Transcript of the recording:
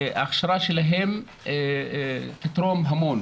ההכשרה שלהם תתרום המון